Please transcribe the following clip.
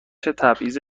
تبعیض